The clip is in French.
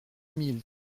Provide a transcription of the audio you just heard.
mille